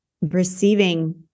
receiving